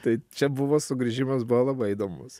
tai čia buvo sugrįžimas buvo labai įdomus